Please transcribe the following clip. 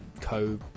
co